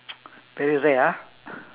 very rare ah